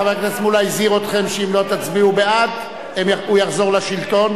חבר הכנסת מולה הזהיר אתכם שאם לא תצביעו בעד הוא יחזור לשלטון.